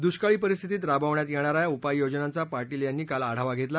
दुष्काळी परिस्थितीत राबवण्यात येणाऱ्या उपाय योजनांचा पाटील यांनी काल आढावा घेतला